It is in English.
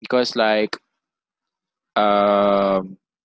because like um